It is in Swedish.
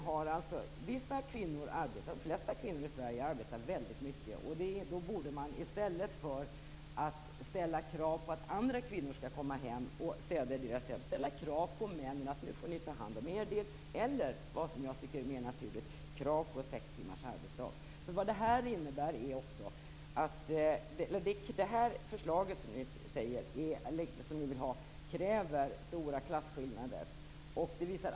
De flesta kvinnor i Sverige arbetar väldigt mycket. Då borde man i stället för att ställa krav på att andra kvinnor skall koma och städa i hemmet ställa krav på männen och säga: Nu får ni ta hand om er del. Eller också kan man - vilket jag tycker är mer naturligt - kräva Det förslag som ni vill ha kräver stora klasskillnader.